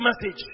message